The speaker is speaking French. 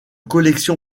collection